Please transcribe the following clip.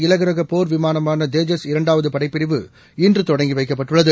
இலகுரக போர் விமானமாள தேஜஸ் இரண்டாவது படைப்பிரிவு இன்று தொடங்கி வைக்கப்பட்டுள்ளது